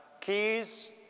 keys